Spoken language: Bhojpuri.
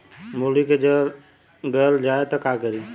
मूली के जर गल जाए त का करी?